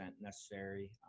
necessary